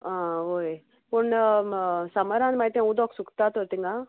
आ वय पूण समरान मागीर तें उदक सुकता तर थिंगां